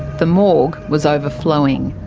the morgue was overflowing.